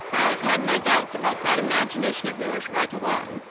i've had my doubts about that imagination of yours right along,